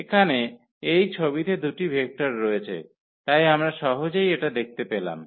এখানে এই ছবিতে দুটি ভেক্টর রয়েছে তাই আমরা সহজেই এটা দেখতে পেলাম